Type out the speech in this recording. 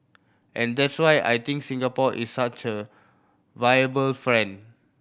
and that's why I think Singapore is such a viable friend